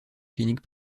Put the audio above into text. clinique